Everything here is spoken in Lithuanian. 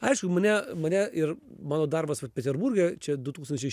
aišku mane mane ir mano darbas vat peterburge čia du tūkstančiai